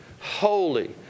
holy